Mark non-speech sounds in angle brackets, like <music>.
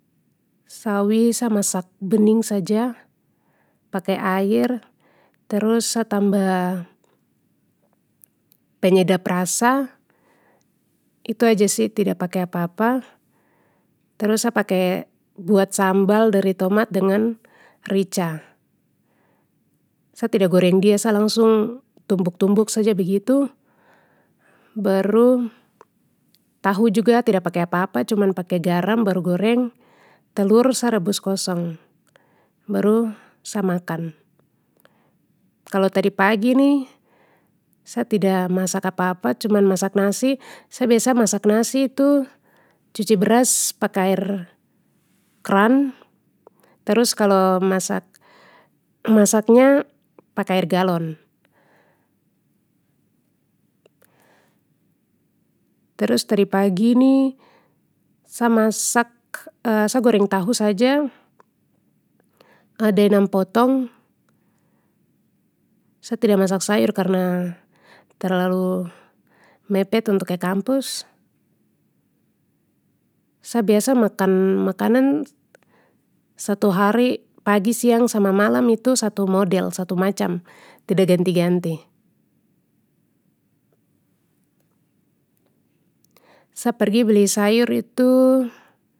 Sawi sa masak bening saja, pake air terus sa tambah, penyedap rasa, itu aja sih tidak pake apa apa, terus sa pake, buat sambal dari tomat dengan rica. Sa tidak goreng dia sa langsung tumbuk tumbuk saja begitu, baru, tahu juga a tidak pake apa apa cuman pake garam baru goreng, telur sa rebus kosong, baru sa makan. Kalo tadi pagi ni, sa tida masak apa apa cuman masak nasi sa biasa masak nasi tu, cuci beras pake air keran, terus kalo masak-masaknya pake air galon. Terus tadi pagi ni, sa masak <hesitation> sa goreng tahu saja, ada enam potong. Sa tidak masak sayur karna terlalu mepet untuk ke kampus. Sa biasa makan makanan satu hari pagi, siang sama malam itu satu model satu macam tida ganti ganti. Sa pergi beli sayur itu.